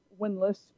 winless